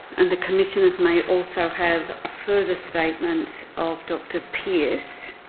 and the commissioners may also have a further statement of dr pearce,